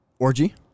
Orgy